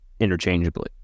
Interchangeably